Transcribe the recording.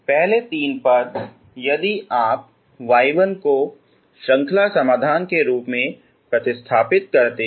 पहले तीन पद यदि आप y1 को श्रृंखला समाधान के रूप में प्रतिस्थापित करते हैं